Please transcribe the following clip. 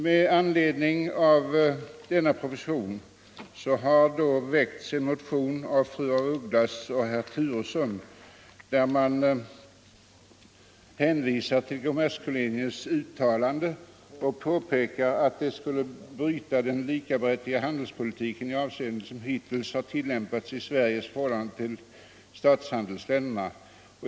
Med anledning av propositionen har det väckts en motion av fru af Ugglas och herr Turesson, där man hänvisar till kommerskollegiets uttalande och påpekar att den i propositionen föreslagna ordningen skulle bryta den likabehandling i handelspolitiskt avseende som hittills har tilllämpats av Sverige i förhållande till statshandelsländerna.